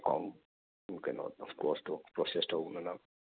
account ꯀꯩꯅꯣ ꯀ꯭ꯂꯣꯖꯇꯨ process ꯇꯧꯅꯅꯕ